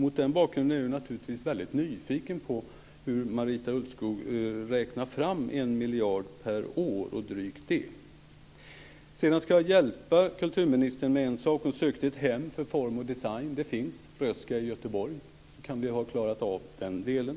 Mot den bakgrunden är jag nyfiken på hur Marita Ulvskog räknar fram drygt 1 miljard per år. Jag ska hjälpa kulturministern med en sak; hon sökte ett hem för form och design. Det finns - Röhsska i Göteborg. Då har vi klarat av den delen.